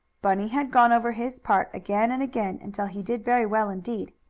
bunny had gone over his part again and again until he did very well indeed.